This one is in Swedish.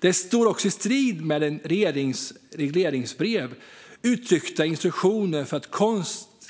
Det står också i strid med i regleringsbrev uttryckta instruktioner för